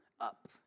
up